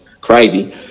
crazy